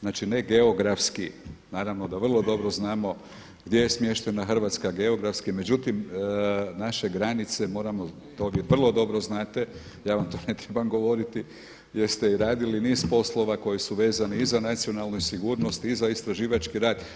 Znači ne geografski, naravno da vrlo dobro znamo gdje je smještena Hrvatska geografski međutim naše granice moramo, to vi vrlo dobro znate, ja vam to ne trebam govoriti jer ste i radili niz poslova koji su vezani i za nacionalnu sigurnost i za istraživački rad.